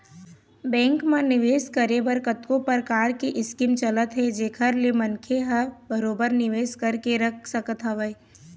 bank म निवेस करे बर कतको परकार के स्कीम चलत हे जेखर ले मनखे ह बरोबर निवेश करके रख सकत हवय